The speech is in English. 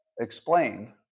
explain